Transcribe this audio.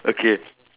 okay